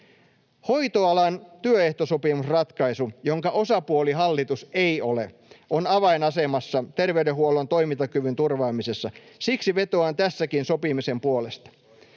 Hoitoalan työehtosopimusratkaisu, jonka osapuoli hallitus ei ole, on avainasemassa terveydenhuollon toimintakyvyn turvaamisessa. Siksi vetoan tässäkin sopimisen puolesta.